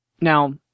now